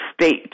state